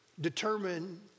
Determine